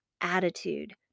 attitude